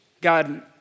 God